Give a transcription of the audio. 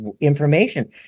information